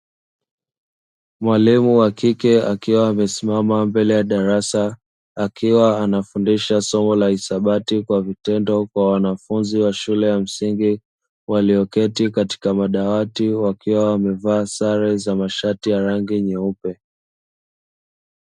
Mwalimu wa kike akiwa amesimama mbele ya darasa, akiwa anafundisha somo la hisabati kwa vitendo kwa wanafunzi wa shule ya msingi, walioketi katika madawati wakiwa wamevaa sare za mashati ya rangi nyeupe.